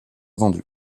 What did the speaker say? vendus